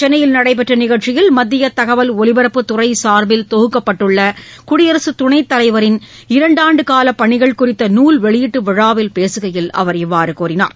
சென்னையில் நடைபெற்ற நிகழ்ச்சியில் மத்திய தகவல் ஒலிபரப்புத் துறை சார்பில் இன்று தொகுக்கப்பட்டுள்ள குடியரசுத் துணைத் தலைவரின் இரண்டாண்டு கால பணிகள் குறித்த நூல் வெளியீட்டு விழாவில் பேசுகையில் அவர் இவ்வாறு கூறினார்